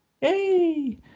Hey